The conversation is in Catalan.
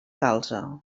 calze